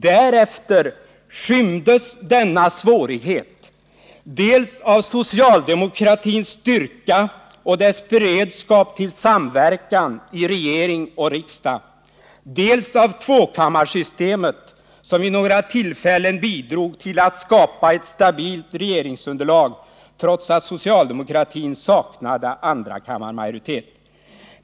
Därefter skymdes denna svårighet dels av socialdemokratins styrka och dess beredskap till samverkan i regering och riksdag, dels av tvåkammarsystemet, som vid några tillfällen bidrog till att skapa ett stabilt regeringsunderlag, trots att socialdemokratin saknade andrakammarmajoritet.